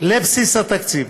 לבסיס התקציב.